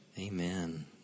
Amen